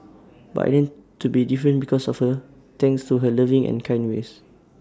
but I learnt to be different because of her thanks to her loving and kind ways